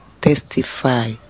testify